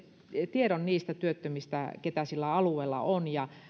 tiedon niistä työttömistä keitä sillä alueella on